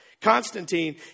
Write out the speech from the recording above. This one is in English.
Constantine